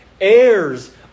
heirs